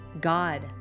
God